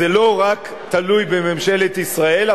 זה לא תלוי רק בממשלת ישראל.